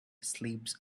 sleeps